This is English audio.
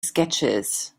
sketches